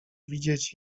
widzieć